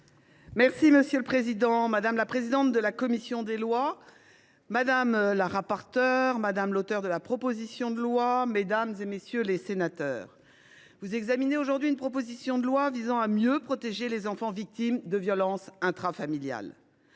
Monsieur le président, madame la présidente de la commission des lois, madame la rapporteure, madame l’auteure de la proposition de loi, mesdames, messieurs les sénateurs, vous examinez aujourd’hui un texte visant à mieux protéger les enfants victimes de violences intrafamiliales.